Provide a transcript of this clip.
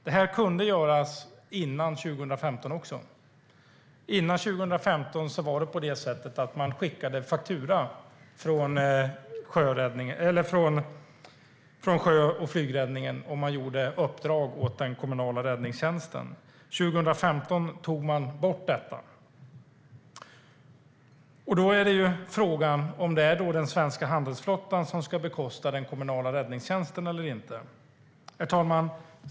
Detta kunde göras före 2015 också. Före 2015 skickade man faktura från sjö och flygräddningen om man utförde uppdrag åt den kommunala räddningstjänsten. År 2015 tog man bort detta. Då är frågan om det är den svenska handelsflottan som ska bekosta den kommunala räddningstjänsten eller inte.